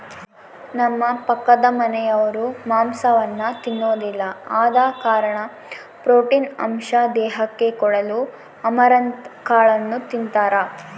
ನಮ್ಮ ಪಕ್ಕದಮನೆರು ಮಾಂಸವನ್ನ ತಿನ್ನೊದಿಲ್ಲ ಆದ ಕಾರಣ ಪ್ರೋಟೀನ್ ಅಂಶ ದೇಹಕ್ಕೆ ಕೊಡಲು ಅಮರಂತ್ ಕಾಳನ್ನು ತಿಂತಾರ